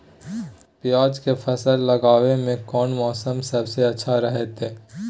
प्याज के फसल लगावे में कौन मौसम सबसे अच्छा रहतय?